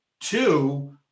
Two